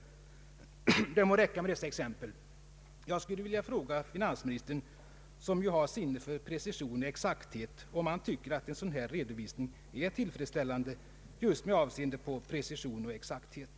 Det må räcka med dessa exempel. Jag skulle vilja fråga finansministern, som ju har sinne för precision och exakthet, om han tycker att en sådan här redovisning är tillfredsställande just med hänsyn till precision och exakthet.